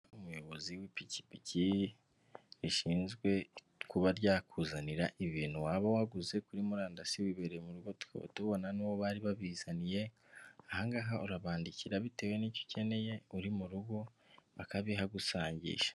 Hari umuyobozi w'ipikipiki rishinzwe kuba ryakuzanira ibintu waba waguze kuri murandasi wibereye mu rugo tubona n'uwo bari babizaniyehangaha urabandikira bitewe n'icyo ukeneye uri mu rugo bakabiha gusangisha.